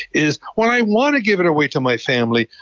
is, well, i want to give it away to my family,